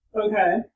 Okay